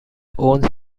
owns